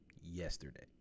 yesterday